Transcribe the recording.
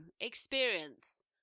experience